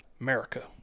America